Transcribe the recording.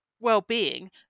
well-being